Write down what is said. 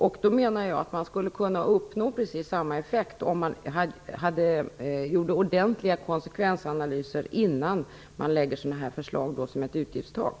Jag menar att man skulle kunna få precis samma effekt om man gör ordentliga konsekvensanalyser innan man framlägger ett förslag om t.ex. ett utgiftstak.